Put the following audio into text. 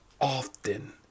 often